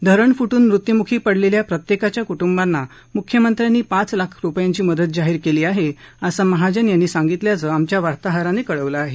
धरण फुन्जि मृत्युमुखी पडलेल्या प्रत्येकाच्या कु बिंना मुख्यमंत्र्यांनी पाच लाख रुपयांची मदत जाहीर केली आहे असं महाजन यांनी सांगितल्याचं आमच्या वार्ताहरानं कळवलं आहे